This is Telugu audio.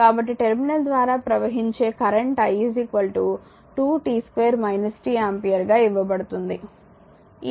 కాబట్టి టెర్మినల్ ద్వారా ప్రవహించే current i 2 t2 t ampere గా ఇవ్వబడుతుంది